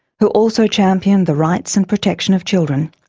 who also championed the rights and protection of children,